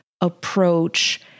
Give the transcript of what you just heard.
approach